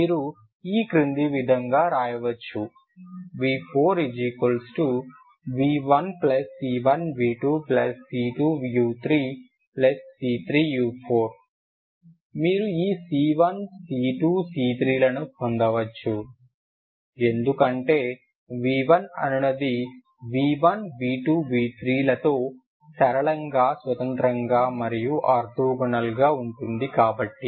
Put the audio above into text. మీరు ఈ క్రింది విధంగా రాయవచ్చు v4 v1 c1v2 c2u3 c3u4 మీరు ఈ c1 c2 c3 లను పొందవచ్చు ఎందుకంటే v1అనునది v1 v2 v3 లతో సరళంగా స్వతంత్రంగా మరియు ఆర్తోగోనల్గా ఉంటుంది కాబట్టి